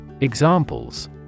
Examples